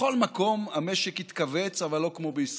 בכל מקום המשק התכווץ, אבל לא כמו בישראל,